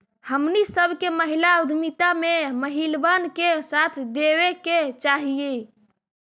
हमनी सब के महिला उद्यमिता में महिलबन के साथ देबे के चाहई